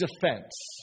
defense